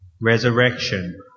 resurrection